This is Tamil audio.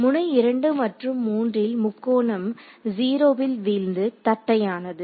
முனை 2 மற்றும் 3 ல் முக்கோணம் 0 ல் வீழ்ந்துதட்டையானது